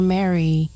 Mary